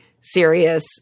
serious